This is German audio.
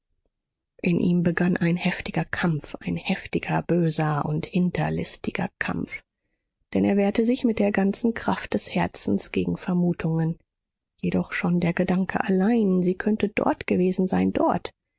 in ihm begann ein dumpfer kampf ein heftiger böser und hinterlistiger kampf denn er wehrte sich mit der ganzen kraft des herzens gegen vermutungen jedoch schon der gedanke allein sie könnte dort gewesen sein dort